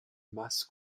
masses